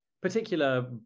particular